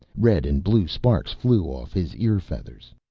red and blue sparks flew off his ear-feathers.